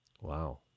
Wow